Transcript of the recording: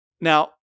Now